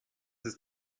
ist